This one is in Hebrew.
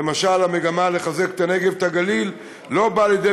ולמשל המגמה לחזק את הנגב ואת הגליל לא באה לידי